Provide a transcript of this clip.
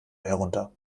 herunter